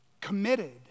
committed